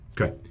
Okay